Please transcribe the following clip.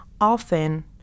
Often